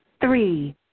Three